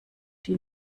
die